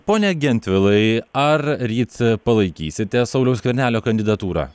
pone gentvilai ar ryt palaikysite sauliaus skvernelio kandidatūrą